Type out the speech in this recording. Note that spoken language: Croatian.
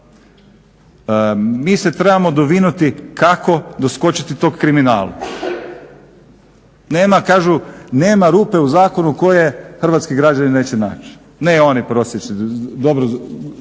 Mi se trebamo dovinuti kako doskočiti tom kriminalu. Nema kažu, nema rupe u zakonu koje hrvatski građanin neće naći, ne oni prosječni, dobro znamo